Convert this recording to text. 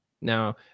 now